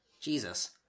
Jesus